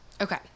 Okay